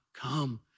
come